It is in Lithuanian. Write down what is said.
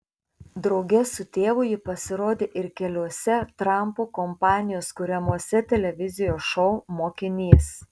drauge su tėvu ji pasirodė ir keliuose trampo kompanijos kuriamuose televizijos šou mokinys